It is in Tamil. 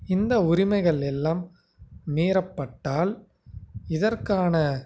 இந்த உரிமைகள் எல்லாம் மீறப்பட்டால் இதற்கான